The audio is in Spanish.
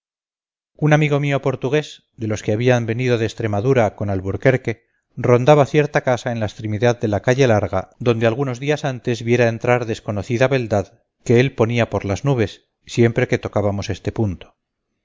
un amigo mío portugués de los que habían venido de extremadura con alburquerque rondaba cierta casa en la extremidad de la calle larga donde algunos días antes viera entrar desconocida beldad que él ponía por las nubes siempre que tocábamos este punto